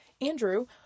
Andrew